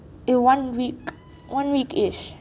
in one week in one weekish